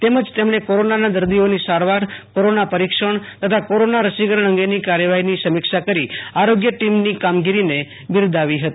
તેમજ તેમણે કોરોનાના દર્દીઓની સારવાર કોરોના પરીક્ષણ તથા કોરોના રસીકરણ અંગેની કાર્યવાહીની સમિક્ષા કરી આરોગ્ય ટીમની કામગીરીને બિરદાવી હતી